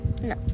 No